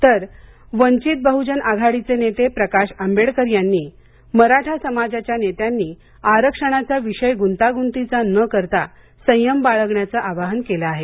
तर वंचित बह्जन आघाडीचे नेते प्रकाश आंबेडकर यांनी मराठा समाजाच्या नेत्यांनी आरक्षणाचा विषय गुंतागुंतीचा न करता संयम बाळगण्याचं आवाहन केलं आहे